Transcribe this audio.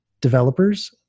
developers